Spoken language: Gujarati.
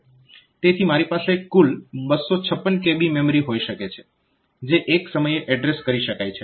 તેથી મારી પાસે કુલ 256 kB મેમરી હોઈ શકે છે જે એક સમયે એડ્રેસ કરી શકાય છે